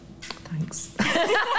Thanks